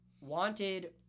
wanted